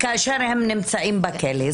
כאשר הם נמצאים בכלא.